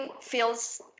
feels